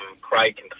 Craig